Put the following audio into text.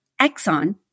Exxon